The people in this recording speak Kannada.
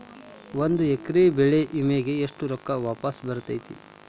ಒಂದು ಎಕರೆ ಬೆಳೆ ವಿಮೆಗೆ ಎಷ್ಟ ರೊಕ್ಕ ವಾಪಸ್ ಬರತೇತಿ?